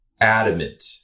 adamant